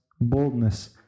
boldness